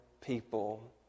people